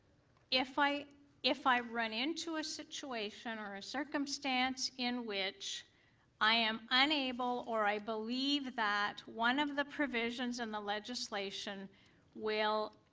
if i if i run into a situation or ah circumstance in which i am u unable or i believe that one of the provisions in the legislation will